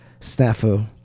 snafu